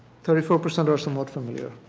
thirty four percent are somewhat familiar.